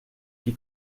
qui